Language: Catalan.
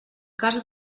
cas